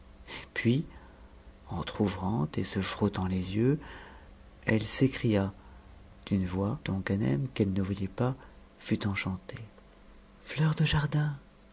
puis entr'ouvrant et se frottant les yeux eue s'écria d'une voix dont ganem qu'elle ne voyait pas tut enchante fleur du jardin